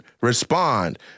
respond